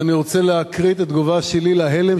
ואני רוצה להקריא את התגובה שלי להלם